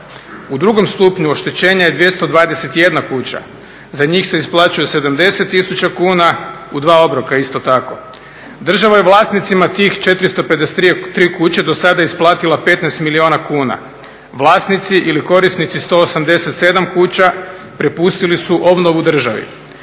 U drugom stupnju oštećenja je 221 kuća, za njih se isplaćuje 70 tisuća kuna u dva obroka isto tako. Država je vlasnicima tih 453 kuće do sada isplatila 15 milijuna kuna. Vlasnici ili korisnici 187 kuća prepustili su obnovu državi. Od